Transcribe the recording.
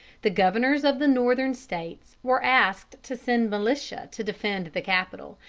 the governors of the northern states were asked to send militia to defend the capital,